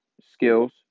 skills